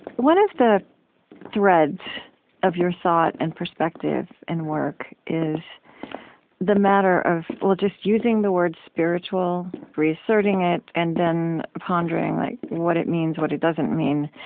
one of the threads of your thought and perspective and work is the matter of, well, just using the word spiritual reasserting it, and then pondering like what it means, what it doesn't mean,